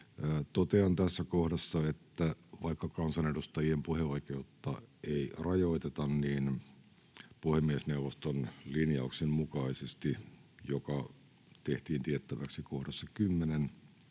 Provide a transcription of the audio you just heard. Totean tässä kohdassa, että vaikka kansanedustajien puheoikeutta ei rajoiteta, niin puhemiesneuvoston linjauksen mukaisesti, joka tehtiin tiettäväksi kohdassa 10,